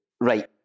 Right